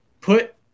put